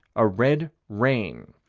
a red rain.